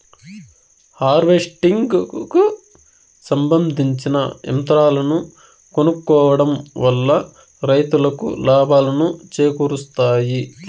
harvesting కు సంబందించిన యంత్రాలను కొనుక్కోవడం వల్ల రైతులకు లాభాలను చేకూరుస్తాయి